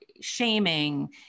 shaming